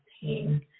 pain